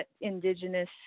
indigenous